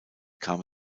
kam